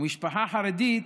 ומשפחה חרדית